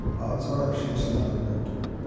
odds are she's another victim.